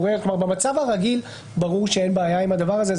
במצב הרגיל ברור שאין בעיה עם הדבר הזה.